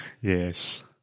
Yes